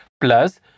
plus